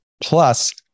Plus